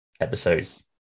episodes